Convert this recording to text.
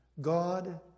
God